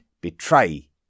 betray